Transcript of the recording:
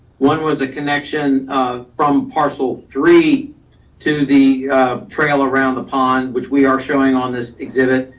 one was the connection of from parcel three to the trail around the pond, which we are showing on this exhibit.